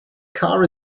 car